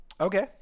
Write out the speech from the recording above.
okay